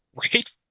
right